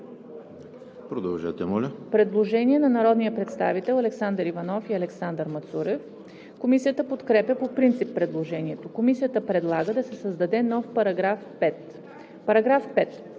труда.“ Има предложение на народните представители Александър Иванов и Александър Мацурев. Комисията подкрепя по принцип предложението. Комисията предлага да се създаде нов § 5: „§ 5.